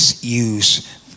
use